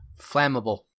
flammable